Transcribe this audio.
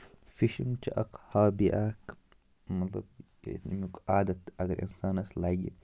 fishing چھِ اکھ hobby اکھ مطلب ییٚمیُک عادت اگر اِنسانَس لَگہِ